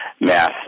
mass